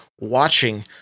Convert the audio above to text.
watching